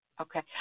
Okay